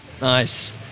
Nice